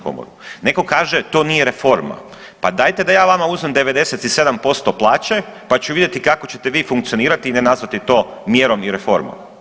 Neko kaže to nije reforma, pa dajte da ja vama uzmem 97% plaće pa ću vidjeti kako ćete vi funkcionirati i ne nazvati to mjerom i reformom.